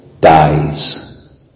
dies